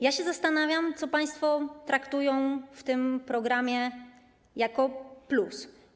Ja się zastanawiam, co państwo traktują w tym programie jako plus.